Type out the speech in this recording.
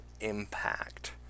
impact